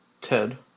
Ted